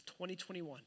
2021